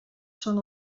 són